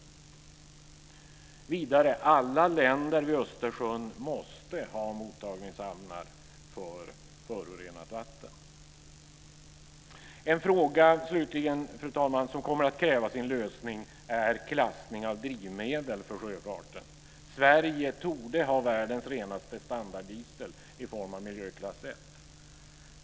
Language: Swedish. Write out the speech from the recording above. Vidare måste alla länder vid Östersjön ha mottagningshamnar för förorenat vatten. Fru talman! En fråga som slutligen kommer att kräva sin lösning är klassning av drivmedel för sjöfarten. Sverige torde ha världens renaste standarddiesel i form av miljöklass 1.